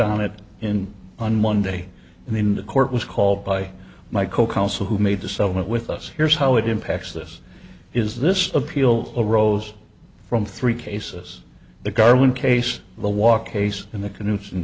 on it in on monday and then the court was called by my co counsel who made the settlement with us here's how it impacts this is this appeal arose from three cases the garwin case the walk case in the canoe